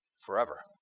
forever